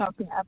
Okay